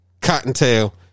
Cottontail